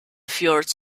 fjords